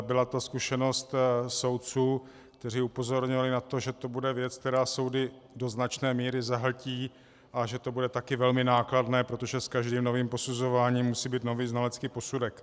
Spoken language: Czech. Byla to zkušenost soudců, kteří upozorňovali na to, že to bude věc, která soudy do značné míry zahltí, a že to bude také velmi nákladné, protože s každým novým posuzováním musí být nový znalecký posudek.